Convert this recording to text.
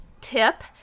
tip